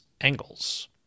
angles